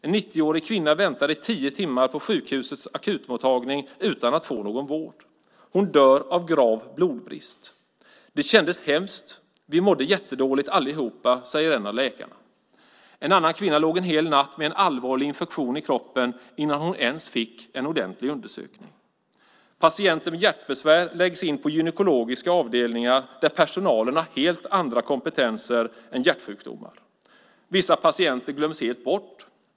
En 90-årig kvinna väntar i tio timmar på sjukhusets akutmottagning utan att få någon vård. Hon dör av grav blodbrist. Det kändes hemskt. Vi mådde jättedåligt allihop. Så säger en av läkarna. En annan kvinna med en allvarlig infektion i kroppen låg en hel natt innan hon ens fick en ordentlig undersökning. Patienter med hjärtbesvär läggs in på gynekologiska avdelningar där personalen har helt andra kompetenser än för hjärtsjukdomar. Vissa patienter glöms helt bort.